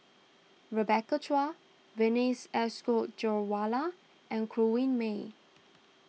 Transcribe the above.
Rebecca Chua Vijesh Ashok Ghariwala and Corrinne May